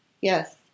Yes